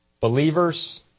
believers